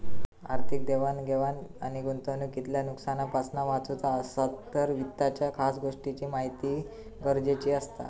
आर्थिक देवाण घेवाण आणि गुंतवणूकीतल्या नुकसानापासना वाचुचा असात तर वित्ताच्या खास गोष्टींची महिती गरजेची असता